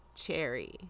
cherry